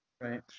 right